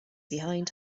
behind